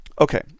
Okay